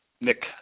Nick